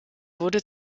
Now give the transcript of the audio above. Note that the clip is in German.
wurde